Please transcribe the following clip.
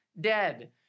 dead